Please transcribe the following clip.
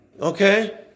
Okay